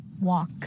Walk